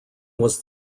was